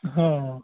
ਹਾਂ